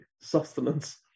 sustenance